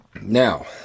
now